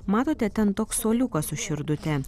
matote ten toks suoliukas su širdute